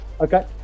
Okay